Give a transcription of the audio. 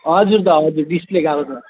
हजुर दा हजुर डिसप्ले गएको छ